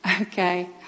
okay